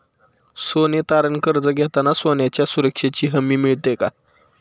सोने तारण कर्ज घेताना सोन्याच्या सुरक्षेची हमी मिळते का?